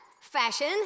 Fashion